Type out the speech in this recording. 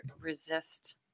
resist